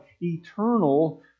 eternal